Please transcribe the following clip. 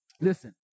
listen